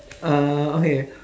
uh okay